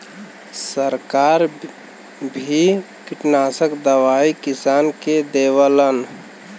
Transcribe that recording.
सरकार भी किटनासक दवाई किसान के देवलन